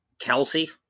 Kelsey